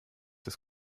des